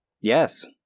Yes